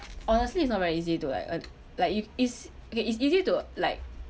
honestly it's not very easy to like uh like if it's okay it's easy to like